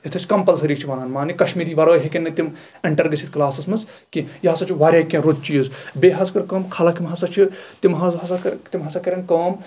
یَتھ أسۍ کَمپَلسٔری چھِ وَنان یعنی کَشمیٖری وَرٲے ہٮ۪کن نہٕ تِم اینٹر گٔژھِتھ کَلاسس منٛز کیٚنٛہہ یہِ ہسا چھُ واریاہ کیٚنٛہہ رُت چیٖز بیٚیہِ حظ کٲم خلق یِم ہسا چھِ تِم ہسا کَرن کٲم